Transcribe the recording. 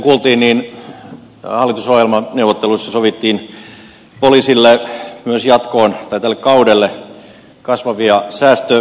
kuten kuultiin halli tusohjelmaneuvotteluissa sovittiin poliisille myös tälle kaudelle kasvavia säästövaatimuksia